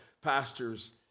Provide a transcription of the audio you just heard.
pastors